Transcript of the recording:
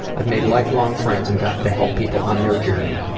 i've made lifelong friends and gotten to help people on their journey.